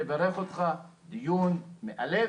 אני אגב שותף במה שאמר ג'בר,